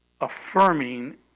affirming